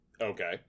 Okay